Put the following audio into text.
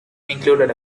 included